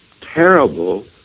terrible